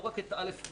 לא רק את א'-ד',